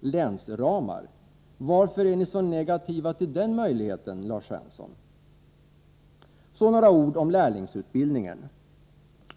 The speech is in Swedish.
länsramar. Varför är ni så negativa till det, Lars Svensson? Så några ord om lärlingsutbildningen.